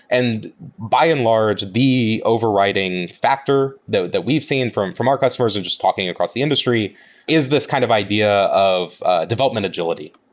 and by and large, the overriding factor that we've seen from from our customers and just talking across the industry is this kind of idea of development agility,